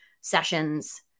sessions